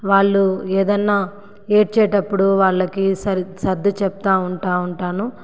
వాళ్ళు ఏదన్నా ఏడ్చేటప్పుడు వాళ్ళకి సర్ సర్దిచెప్తా ఉంటా ఉంటాను